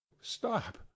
Stop